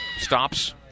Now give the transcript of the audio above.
Stops